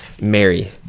Mary